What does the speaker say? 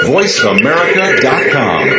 VoiceAmerica.com